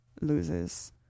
loses